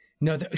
No